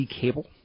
cable